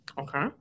Okay